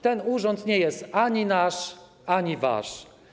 Ten urząd nie jest ani nasz, ani wasz.